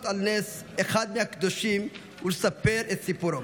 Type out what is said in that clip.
על נס את אחד מהקדושים ולספר את סיפורו,